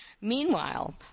Meanwhile